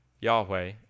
Yahweh